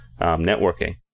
networking